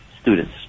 students